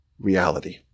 reality